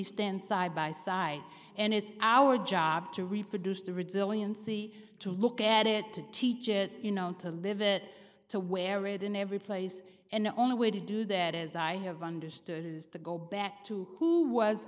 stand side by side and it's our job to reproduce the resiliency to look at it to teach it you know to live it to wear it in every place and the only way to do that as i have understood it is to go back to who was